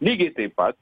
lygiai taip pat